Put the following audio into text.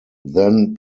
then